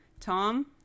Tom